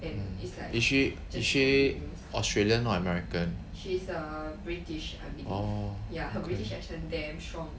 mm is she is she australian or american orh okay uh